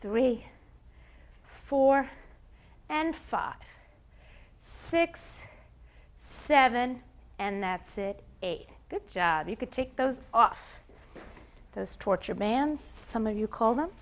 three four and five six seven and that's it a good job you could take those off those tortured man some of you call them